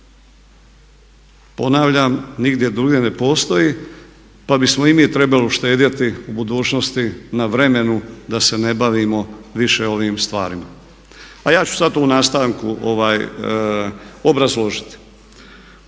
Ponavljam nigdje drugdje ne postoji pa bismo i mi trebali uštedjeti u budućnosti na vremenu da se ne bavimo više ovim stvarima. A ja ću sad u nastavku obrazložiti.